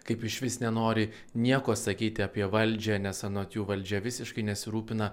kaip išvis nenori nieko sakyti apie valdžią nes anot jų valdžia visiškai nesirūpina